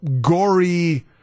gory